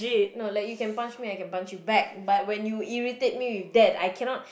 no like you can punch me I can punch you back but when you irritate me with that I cannot